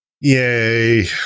yay